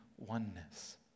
oneness